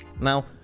now